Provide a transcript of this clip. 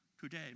today